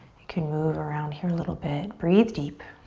you can move around here a little bit, breathe deep.